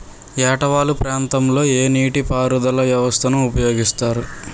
ఏట వాలు ప్రాంతం లొ ఏ నీటిపారుదల వ్యవస్థ ని ఉపయోగిస్తారు?